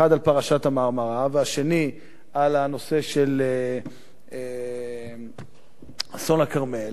האחד על פרשת ה"מרמרה" והשני על הנושא של אסון הכרמל,